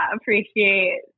appreciate